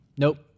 Nope